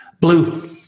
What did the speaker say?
Blue